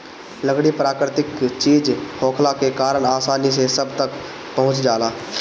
लकड़ी प्राकृतिक चीज होखला के कारण आसानी से सब तक पहुँच जाला